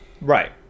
Right